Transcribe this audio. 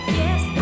yes